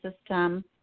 system